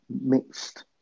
mixed